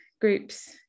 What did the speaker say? groups